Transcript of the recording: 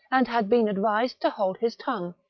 and had been advised to hold his tongue,